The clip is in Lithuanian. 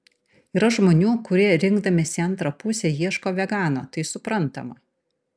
yra žmonių kurie rinkdamiesi antrą pusę ieško vegano tai suprantama